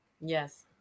Yes